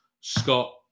Scott